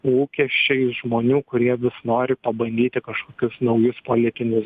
lūkesčiais žmonių kurie vis nori pabandyti kažkokius naujus politinius